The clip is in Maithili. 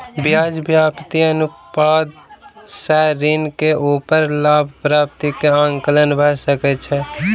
ब्याज व्याप्ति अनुपात सॅ ऋण के ऊपर लाभ प्राप्ति के आंकलन भ सकै छै